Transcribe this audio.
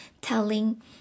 telling